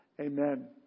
Amen